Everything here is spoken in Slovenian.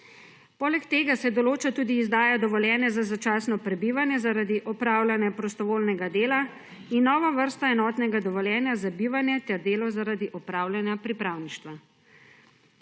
Poleg tega se določa tudi izdaja dovoljenja za začasno prebivanje zaradi opravljanja prostovoljnega dela in nova vrsta enotnega dovoljenja za bivanje ter delo zaradi opravljanja pripravništva.